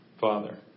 Father